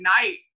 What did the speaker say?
night